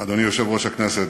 אדוני יושב-ראש הכנסת